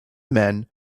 men